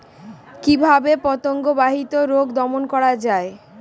কিভাবে পতঙ্গ বাহিত রোগ দমন করা যায়?